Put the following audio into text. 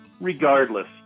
Regardless